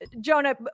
Jonah